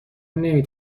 نمی